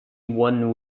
one